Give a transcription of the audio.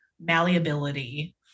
malleability